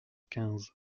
quinze